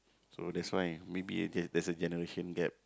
so that's why maybe a gap there's a generation gap